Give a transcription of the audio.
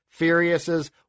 Furiouses